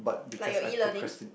like your E learning